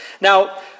now